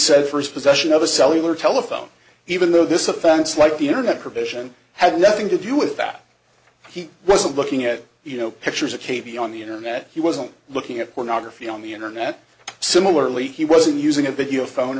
said first possession of a cellular telephone even though this offense like the internet provision had nothing to do with that he wasn't looking at you know pictures of k b on the internet he wasn't looking at pornography on the internet similarly he wasn't using a video phone